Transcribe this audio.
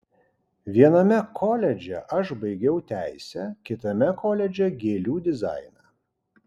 viename koledže aš baigiau teisę kitame koledže gėlių dizainą